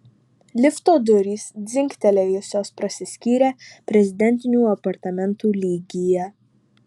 lifto durys dzingtelėjusios prasiskyrė prezidentinių apartamentų lygyje